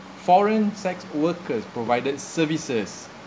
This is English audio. foreign sex workers provided services